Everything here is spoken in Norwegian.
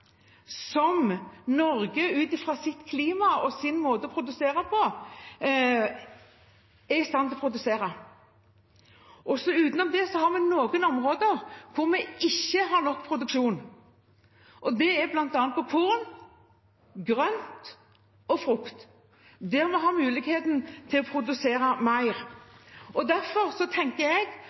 Norge er i stand til å produsere ut fra sitt klima og sin måte å produsere på. Utenom det har vi noen områder hvor vi ikke har nok produksjon. Det gjelder bl.a. korn, grønt og frukt. Der har vi mulighet til å produsere mer. Derfor tenker jeg